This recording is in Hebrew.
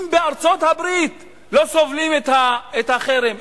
אם בארצות-הברית לא סובלים את החרם,